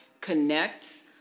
connect